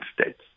states